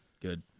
Good